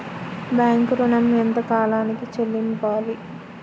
Bank ఋణం ఎంత కాలానికి చెల్లింపాలి?